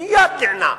מייד נענה.